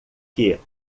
que